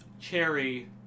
Cherry